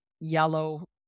yellow